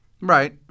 Right